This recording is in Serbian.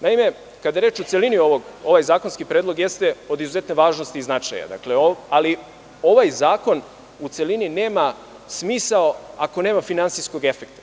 Naime, kada je reč o celini, ovaj zakonski predlog jeste od izuzetne važnosti i značaja, ali ovaj zakon u celini nema smisao ako nema finansijskog efekta.